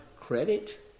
credit